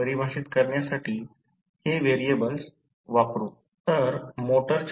तर I c V1 R c तर 0